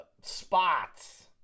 spots